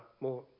more